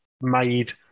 made